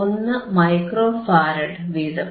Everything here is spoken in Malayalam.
1 മൈക്രോ ഫാരഡ് വീതം